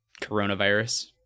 coronavirus